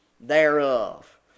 thereof